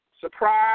surprise